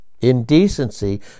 indecency